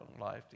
life